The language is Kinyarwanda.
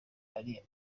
ari